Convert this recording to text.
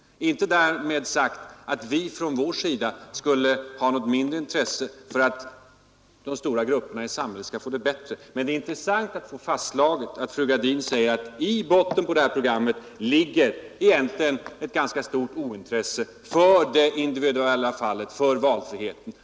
Därmed är emellertid inte sagt att vi på vår sida skulle vara mindre intresserade av att de stora grupperna i samhället får det bättre. Men det är intressant att få fastslaget vad fru Gradin här sade, att i botten på detta program ligger ett ganska stort ointresse för det individuella fallet, för valfriheten.